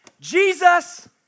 Jesus